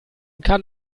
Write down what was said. kann